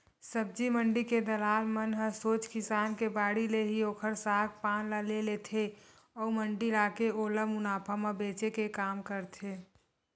सब्जी मंडी के दलाल मन ह सोझ किसान के बाड़ी ले ही ओखर साग पान ल ले लेथे अउ मंडी लाके ओला मुनाफा म बेंचे के काम करथे